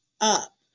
up